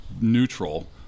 neutral